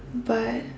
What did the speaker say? but